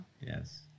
yes